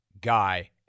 guy